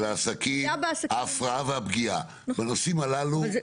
שלגביו נדון.